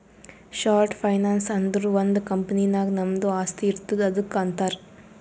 short finance ಅಂದುರ್ ಒಂದ್ company ನಾಗ್ ನಮ್ದು ಆಸ್ತಿ ಇರ್ತುದ್ ಅದುಕ್ಕ ಅಂತಾರ್